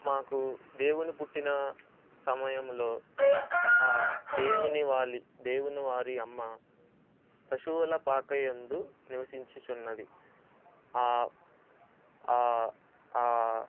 మాకు దేవుని పుట్టిన సమయంలో దేవుని వారి దేవుని వారి అమ్మ పశువుల పాకయందు నివసించిచున్నది ఆ ఆ ఆ